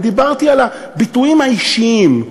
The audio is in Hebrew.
אני דיברתי על הביטויים האישיים.